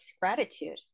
gratitude